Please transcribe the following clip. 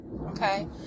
okay